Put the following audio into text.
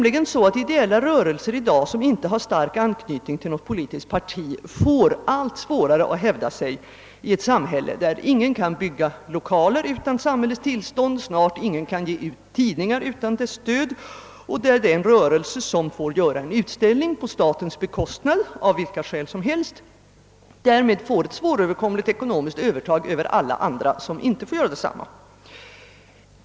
Ideella rörelser som inte har stark anknytning till något politiskt parti får nämligen allt svårare att hävda sig i ett samhälle där ingen kan bygga lokaler utan samhällets tillstånd, där snart ingen kan ge ut tidningar utan dess stöd och där den rörelse som får anordna en utställning på statens bekostnad får ett svåröverkomligt ekonomiskt övertag över alla de rörelser som inte får göra detsamma.